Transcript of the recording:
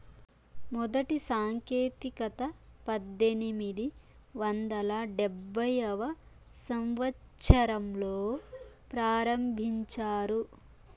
మొదటి సాంకేతికత పద్దెనిమిది వందల డెబ్భైవ సంవచ్చరంలో ప్రారంభించారు